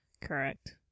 Correct